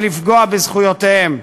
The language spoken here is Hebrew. ולפגוע בזכויותיהם.